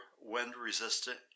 wind-resistant